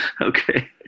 Okay